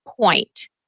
point